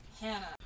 Hannah